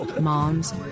moms